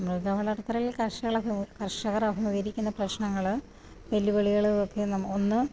മൃഗ വളർത്തലില് കര്ഷക കർഷകർ അഭിമുഖികരിക്കുന്ന പ്രശ്നങ്ങള് വെല്ലുവിളികള് ഒക്കെ ഒന്ന്